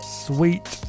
sweet